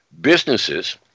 businesses